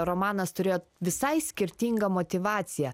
romanas turėjo visai skirtingą motyvaciją